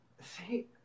See